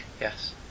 Yes